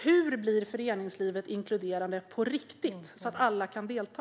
Hur blir föreningslivet inkluderande på riktigt så att alla kan delta?